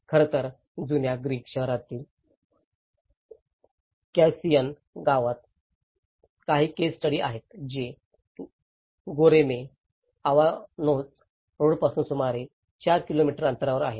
खरं तर जुन्या ग्रीक शहरातील कॅव्हुसिन गावात काही केस स्टडी आहेत जे गोरेमे अवानोस रोडपासून सुमारे 4 किलोमीटर अंतरावर आहेत